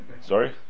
Sorry